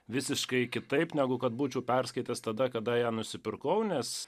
visiškai kitaip negu kad būčiau perskaitęs tada kada ją nusipirkau nes